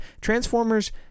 Transformers